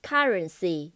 Currency